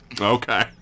Okay